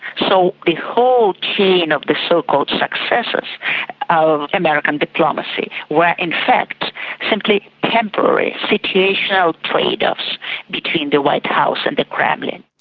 so the whole chain of the so-called successes of american diplomacy were in fact simply temporary, situational trade-offs between the white house and the kremlin.